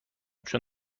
چون